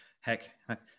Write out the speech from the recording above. heck